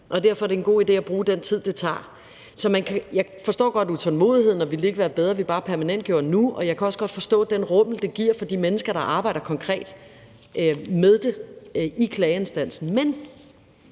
og derfor er det en god idé at tage den tid, det tager. Jeg forstår godt utålmodigheden, og at man siger: Ville det ikke være bedre, at vi bare permanentgjorde det nu? Og jeg kan også godt forstå den rummel , det giver for de mennesker, der arbejder konkret med det i klageinstansen. Men